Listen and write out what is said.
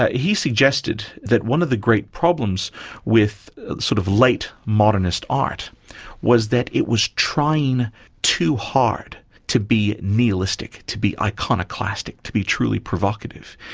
ah he suggested that one of the great problems with sort of late modernist art was that it was trying too hard to be nihilistic, to be iconoclastic, to be truly provocative.